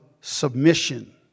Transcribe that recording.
submission